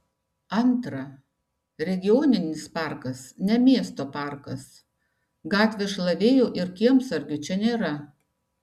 antra regioninis parkas ne miesto parkas gatvės šlavėjų ir kiemsargių čia nėra